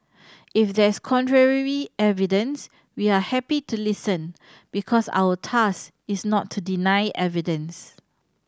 if there's contrary evidence we are happy to listen because our task is not to deny evidence